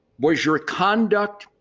was your conduct,